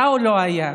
היה או לא היה?